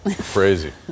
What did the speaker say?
Crazy